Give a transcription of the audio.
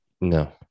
no